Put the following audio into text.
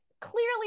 clearly